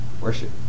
worship